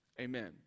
Amen